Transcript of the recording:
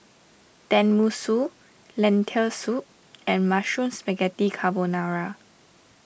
Tenmusu Lentil Soup and Mushroom Spaghetti Carbonara